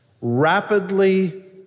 rapidly